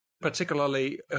particularly